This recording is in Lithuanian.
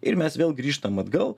ir mes vėl grįžtam atgal